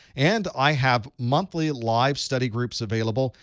and i have monthly live study groups available.